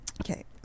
Okay